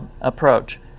approach